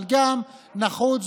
אבל גם נחוץ,